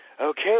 okay